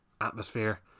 atmosphere